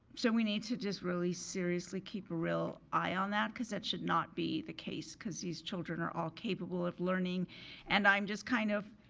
so we need to just really seriously keep a real eye on that because that should not be the case cause these children are all capable of learning and i'm just kind of,